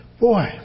boy